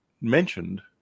mentioned